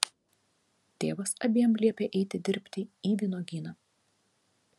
tėvas abiem liepia eiti dirbti į vynuogyną